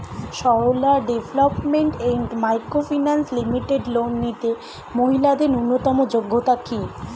Sarala development and micro finance limited loan নিতে মহিলাদের ন্যূনতম যোগ্যতা কী?